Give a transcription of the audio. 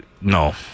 No